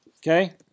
okay